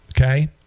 Okay